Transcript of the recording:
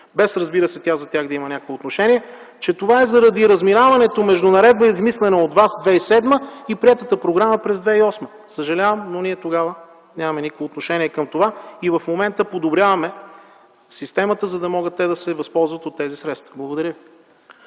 атрибут, без тя да има за тях някакво отношение. Това е заради разминаването между наредба, измислена от вас през 2007 г., и приетата програма през 2008 г. Съжалявам, но тогава ние нямаме никакво отношение към това. В момента подобряваме системата, за да могат те да се възползват от тези средства. Благодаря Ви.